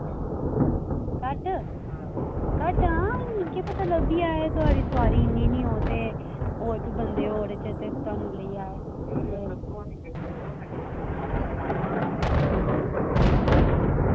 घट्ट घट्ट हून सारा पता लग्गी जाए दिहाड़ी सारी इन्नी निं ऐ ते होर बी बंदे एह्दे च भन्नी लेइयै आए